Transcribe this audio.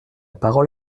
parole